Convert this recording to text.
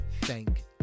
Thank